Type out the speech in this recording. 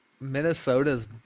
Minnesota's